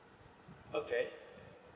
okay